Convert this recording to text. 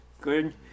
Good